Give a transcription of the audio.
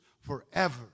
forever